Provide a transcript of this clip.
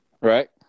right